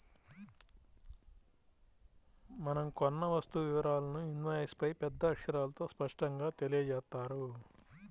మనం కొన్న వస్తువు వివరాలను ఇన్వాయిస్పై పెద్ద అక్షరాలతో స్పష్టంగా తెలియజేత్తారు